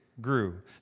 grew